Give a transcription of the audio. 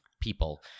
people